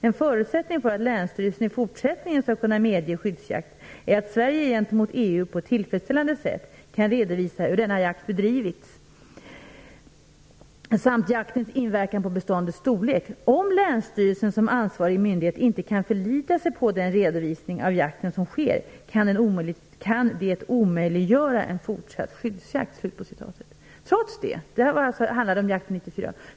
En förutsättning för att länsstyrelsen i fortsättningen skall kunna medge skyddsjakt, är att Sverige gentemot EU på ett tillfredsställande sätt kan redovisa hur denna jakt bedrivs samt jaktens inverkan på beståndets storlek. Om länsstyrelsen som ansvarig myndighet inte kan förlita sig på den redovisning av jakten som sker, kan det omöjliggöra en fortsatt skyddsjakt." Det här handlade om jakt 1994.